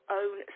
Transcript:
own